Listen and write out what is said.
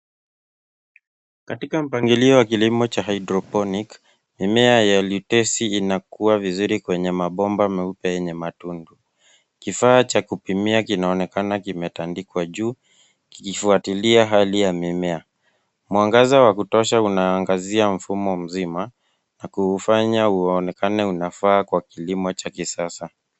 Katika mpangilio wa kilimo cha hydroponic , mimea ya lettuce inakua vizuri kwenye mabomba meupe yenye matundu. Kifaa cha kupimia kinaonekana kimetandikwa juu kikifuatilia hali ya mimea. Mwangaza wa kutosha unaangazia mfumo mzima, na kuufanya uonekane unafaa kwa kilimo cha kisasa.